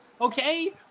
Okay